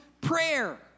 prayer